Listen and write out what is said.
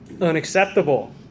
Unacceptable